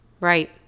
Right